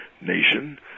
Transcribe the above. Nation